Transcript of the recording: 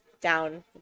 down